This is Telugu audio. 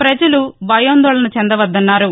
పజలు భయాందోళన చెందవద్దన్నారు